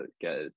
get